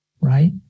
right